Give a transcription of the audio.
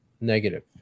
negative